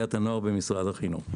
ועליית הנוער במשרד החינוך.